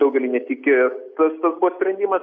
daugeliui netikėtas tas buvo sprendimas